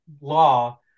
law